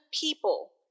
people